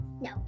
No